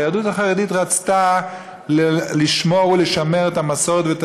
היהדות החרדית רצתה לשמור ולשמר את המסורת ואת